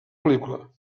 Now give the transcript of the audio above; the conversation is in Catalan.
pel·lícula